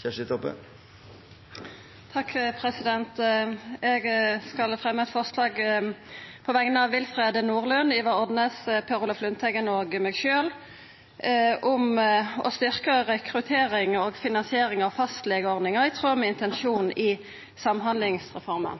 Kjersti Toppe vil fremsette tre representantforslag. Eg skal fremja eit forslag på vegner av Willfred Nordlund, Ivar Odnes, Per Olaf Lundteigen og meg sjølv om å styrkja rekruttering til og finansiering av fastelegeordninga, i tråd med intensjonane i samhandlingsreforma.